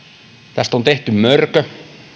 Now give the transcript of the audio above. tästä on tehty mörkö